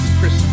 Chris